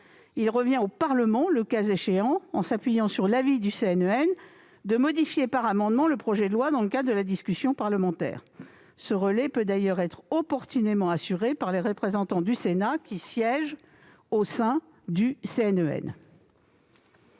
Il revient au Parlement, le cas échéant, en s'appuyant sur l'avis du CNEN, de modifier par amendement le projet de loi dans le cadre de la discussion parlementaire. Ce relais peut d'ailleurs être opportunément assuré par les représentants du Sénat siégeant au sein du CNEN.